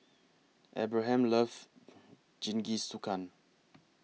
Abraham loves Jingisukan